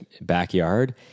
backyard